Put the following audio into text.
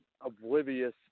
Oblivious